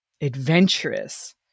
adventurous